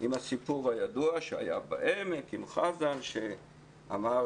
עם הסיפור הידוע שהיה בעמק עם חזן שאמר,